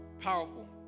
Powerful